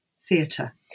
theatre